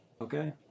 Okay